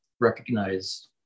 recognize